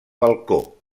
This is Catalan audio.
balcó